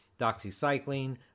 doxycycline